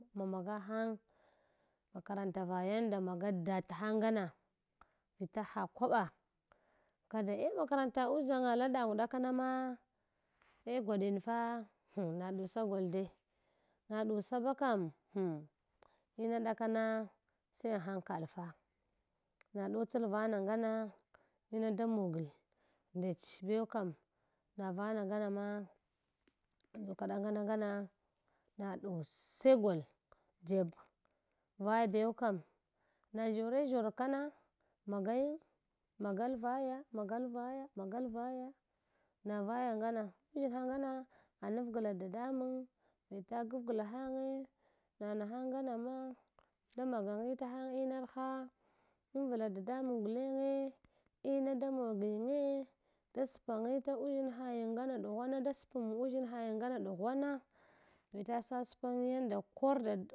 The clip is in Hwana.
Ma maga hang makaranta va yanda maga datahang ngana vila ha kwɓa eh maranta uʒanya labagh ɗakowama eh gwadlinfa na ɗusa gol dui na ɗusa ba kam ina ɗakana sai anhakal fa na ɗtsl vama ngana ina da mogl nchech bew kam navana ngana ma enjuka ɗakama kana na ɗuse gol jeb vaya bew kam na ʒshore ʒshor kana magayang magal vaya magal vaya magal vaya na vaya ngama uhangana anafgla dadamang vita gafgla hanye na nahang ngna ma da magangita hang inar ha anvla dadamang gulenge in da mogiyinge da spangita uhinhaying ngama ɗughana daspmahn uʒshinhayin ngama ɗughwana bila saspa yinge nda kor dad.